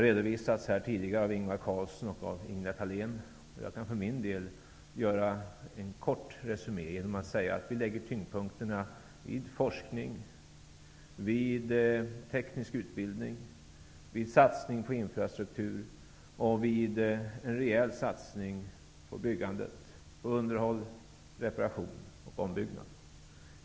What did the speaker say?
Det har tidigare redovisats av Ingvar Carlsson och Ingela Thalén. Jag kan för min del göra en kort resumé genom att säga att vi lägger tyngdpunkterna vid forskning, teknisk utbildning, satsning på infrastruktur och en rejäl satsning på byggandet i form av underhåll, reparation och ombyggnad.